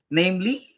namely